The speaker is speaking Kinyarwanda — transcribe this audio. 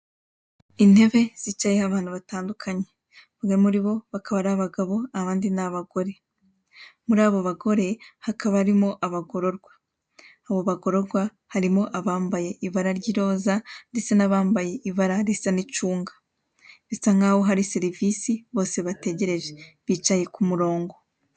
Intebe zicayeho abantu batandukanye, bamwe muri bo bakaba ari abagabo abandi ari abagore, muri abo bagore hakaba harimo abagororwa, abo bagororwa harimo abambaye ibara ry'iroza ndetse n'abambaye ibara risa n'icunga, bisa nkaho hari serivisi bose bategereje bicaye ku murongo.